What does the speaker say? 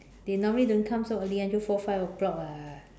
they normally don't come so early until four five o-clock [what]